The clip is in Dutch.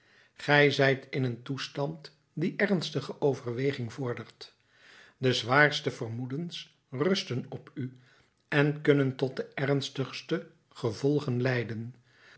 ge zijt in een toestand die ernstige overweging vordert de zwaarste vermoedens rusten op u en kunnen tot de ernstigste gevolgen leiden